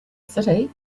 city